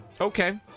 Okay